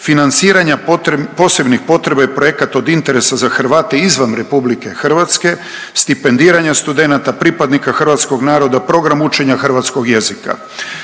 financiranja posebnih potreba i projekata od interesa za Hrvate izvan RH, stipendiranja studenata pripadnika hrvatskog naroda i program učenja hrvatskog jezika.